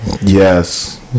Yes